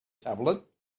tablet